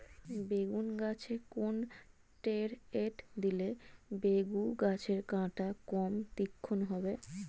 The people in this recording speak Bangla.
বেগুন গাছে কোন ষ্টেরয়েড দিলে বেগু গাছের কাঁটা কম তীক্ষ্ন হবে?